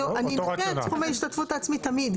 אני אגבה את סכום ההשתתפות העצמית תמיד,